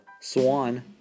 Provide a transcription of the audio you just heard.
Swan